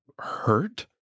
hurt